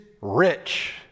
rich